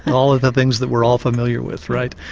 all of the things that we're all familiar with right.